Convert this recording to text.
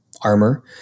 armor